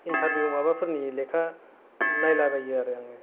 interview माबाफोरनि लेखा नायला बायो आरो आङो